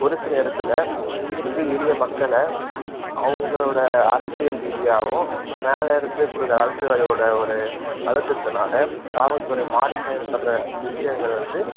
ஒரு சில இடத்துல மிக எளிய மக்களை அவங்களோடய அரசியல் ரீதியாகவும் மேலே இருந்து கொடுக்கற அரசியல்வாதியோடய ஒரு அழுத்தத்தினால காவல்துறை மாறி செயல்படுற விஷயங்கள் வந்து